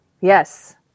Yes